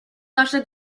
nasze